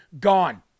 gone